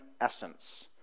essence